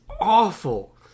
awful